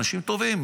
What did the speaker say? אנשים טובים,